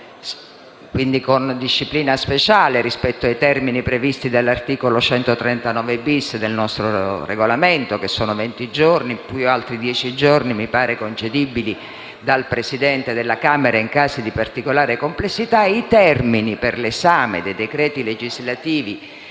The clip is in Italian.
quindi con disciplina speciale rispetto ai termini previsti dall'articolo 139-*bis* del nostro Regolamento, ovvero venti giorni, più altri dieci concedibili dal Presidente del Senato in casi di particolare complessità - per l'esame dei decreti legislativi